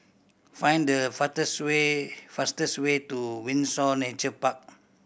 find the faster way fastest way to Windsor Nature Park